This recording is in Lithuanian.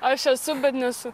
aš esu bet nesu